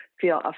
feel